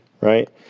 right